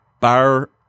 bar